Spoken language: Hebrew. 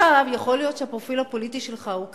עכשיו, יכול להיות שהפרופיל הפוליטי שלך הוא כזה.